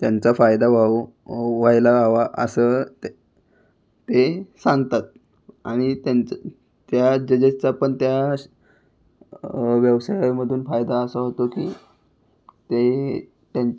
त्यांचा फायदा व्हावो व्हायला हवा असं ते ते सांगतात आणि त्यांचं त्या जजेसचा पण त्या श व्यवसायामधून फायदा असा होतो की ते त्यां